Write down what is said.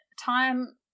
time